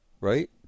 right